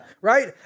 Right